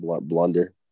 blunder